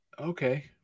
Okay